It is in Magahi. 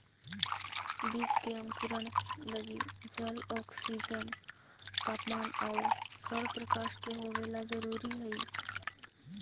बीज के अंकुरण लगी जल, ऑक्सीजन, तापमान आउ सौरप्रकाश के होवेला जरूरी हइ